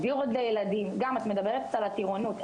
גם את מדברת על הטירונות,